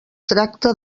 tracta